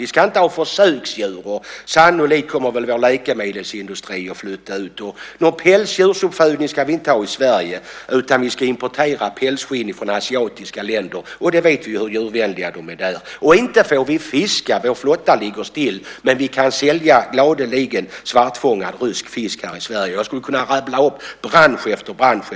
Vi ska inte ha försöksdjur, och sannolikt kommer väl vår läkemedelsindustri att flytta ut. Någon pälsdjursuppfödning ska vi inte ha i Sverige, utan vi ska importera pälsskinn från asiatiska länder, och vi vet ju hur djurvänliga de är där. Och inte får vi fiska - vår flotta ligger still - men vi kan gladeligen sälja svartfångad rysk fisk här i Sverige. Jag skulle kunna rabbla upp bransch efter bransch.